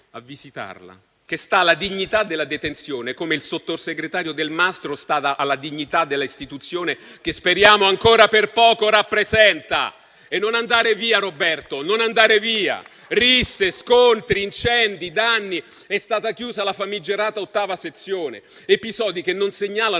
a visitarla - che sta alla dignità della detenzione come il sottosegretario Delmastro sta alla dignità dell'istituzione che, speriamo ancora per poco, rappresenta. E non andare via, Roberto, non andare via. *(**Applausi*.*Commenti)*. Risse, scontri, incendi, danni; è stata chiusa la famigerata ottava sezione. Sono episodi che segnalano